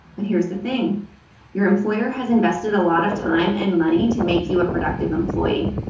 but here's the thing your employer has invested a lot of time and money to make you a productive employee.